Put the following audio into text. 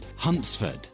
Huntsford